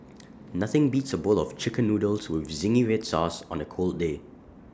nothing beats A bowl of Chicken Noodles with Zingy Red Sauce on A cold day